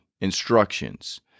instructions